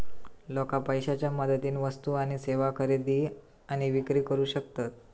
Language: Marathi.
लोका पैशाच्या मदतीन वस्तू आणि सेवा खरेदी आणि विक्री करू शकतत